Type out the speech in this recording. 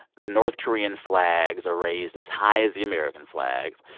the north korean flags are raised as high as the american flags.